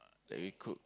that we cook